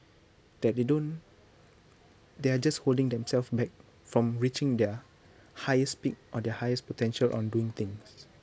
that they don't they're just holding themselves back from reaching their highest peak or their highest potential on doing things